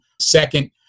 second